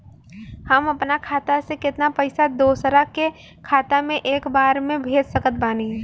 हम अपना खाता से केतना पैसा दोसरा के खाता मे एक बार मे भेज सकत बानी?